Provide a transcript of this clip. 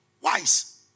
Wise